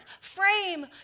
frame